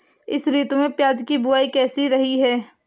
इस ऋतु में प्याज की बुआई कैसी रही है?